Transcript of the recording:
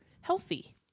healthy